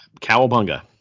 Cowabunga